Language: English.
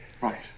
Right